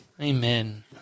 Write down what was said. Amen